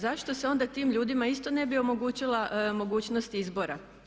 Zašto se onda tim ljudima isto ne bi omogućila mogućnost izbora.